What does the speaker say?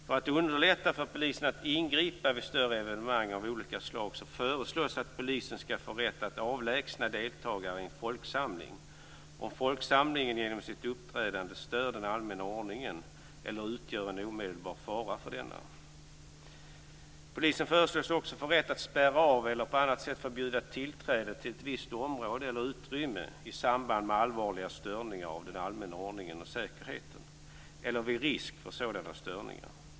För att underlätta för polisen att ingripa vid större evenemang av olika slag föreslås att polisen skall få rätt att avlägsna deltagare i en folksamling om folksamlingen genom sitt uppträdande stör den allmänna ordningen eller utgör en omedelbar fara för denna. Polisen föreslås att få rätt att spärra av eller på annat sätt förbjuda tillträde till ett visst område eller utrymme i samband med allvarliga störningar av den allmänna ordningen och säkerheten eller vid risk för sådana störningar.